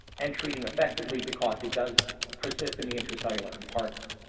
and treating effectively because it does ah persist in the intracellular compartment.